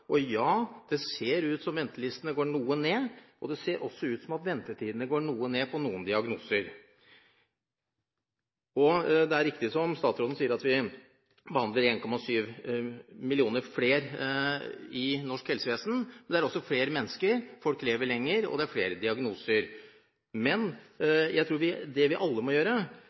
Det ser ut som at ventelistene går noe ned, og det ser også ut som at ventetidene går ned på noen diagnoser. Det er riktig som statsråden sier, at vi behandler 1,7 millioner flere i norsk helsevesen, men vi er også flere mennesker, folk lever lenger, og det er flere diagnoser. Jeg tror det vi alle må gjøre,